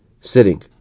sitting